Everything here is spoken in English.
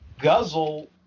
Guzzle